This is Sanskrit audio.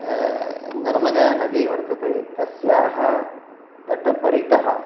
नर्मदानदी वर्तते तस्याः तटपरितः